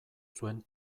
zuen